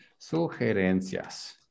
Sugerencias